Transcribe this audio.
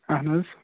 اَہَن حظ